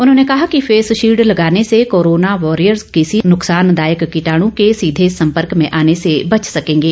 उन्होंने कहा कि फेस भील्ड लगाने से कोरोना वारियर्स किसी नुकसानदायक कीटाणु के सीधे संपर्क में आने से बच सकेंगे